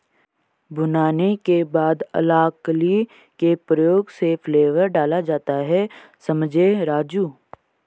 भुनाने के बाद अलाकली के प्रयोग से फ्लेवर डाला जाता हैं समझें राजु